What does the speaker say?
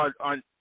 on